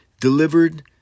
delivered